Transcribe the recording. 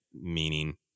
meaning